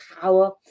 power